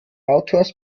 autors